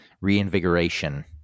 reinvigoration